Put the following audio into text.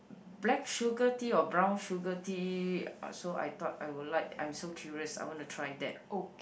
black sugar tea or brown sugar tea so I thought I would like I'm so curious I want to try that